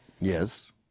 Yes